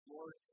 Lord